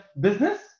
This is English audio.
business